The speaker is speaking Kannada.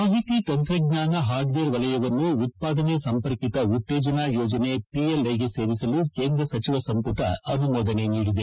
ಮಾಹಿತಿ ತಂತ್ರಜ್ಞಾನ ಹಾರ್ಡ್ವೇರ್ ವಲಯವನ್ನು ಉತ್ಪಾದನೆ ಸಂಪರ್ಕಿತ ಉತ್ತೇಜನಾ ಯೋಜನೆ ಪಿಎಲ್ಐಗೆ ಸೇರಿಸಲು ಕೇಂದ್ರ ಸಚಿವ ಸಂಪುಟ ಅನುಮೋದನೆ ನೀಡಿದೆ